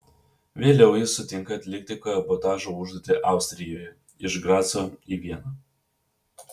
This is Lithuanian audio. vėliau jis sutinka atlikti kabotažo užduotį austrijoje iš graco į vieną